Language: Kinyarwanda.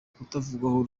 kutavugwaho